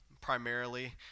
Primarily